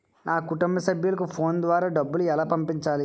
నా కుటుంబ సభ్యులకు ఫోన్ ద్వారా డబ్బులు ఎలా పంపించాలి?